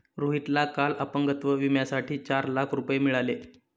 रोहितला काल अपंगत्व विम्यासाठी चार लाख रुपये मिळाले